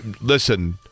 listen